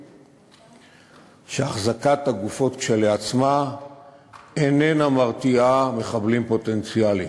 שהחזקת הגופות כשלעצמה איננה מרתיעה מחבלים פוטנציאליים,